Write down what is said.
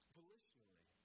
Volitionally